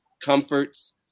comforts